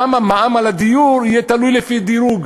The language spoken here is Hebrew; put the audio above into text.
גם המע"מ על הדיור יהיה תלוי, לפי דירוג: